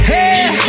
Hey